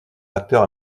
acteur